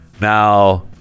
Now